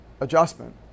adjustment